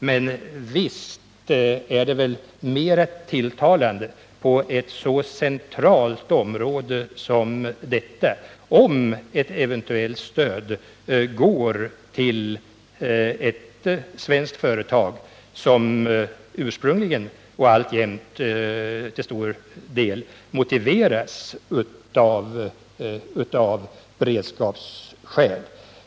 Men visst är det väl mera tilltalande om på ett så centralt område som detta ett eventuellt stöd går till ett statligt svenskt företag som ursprungligen och alltjämt till stor del motiveras av beredskapsskäl.